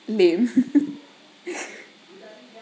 lame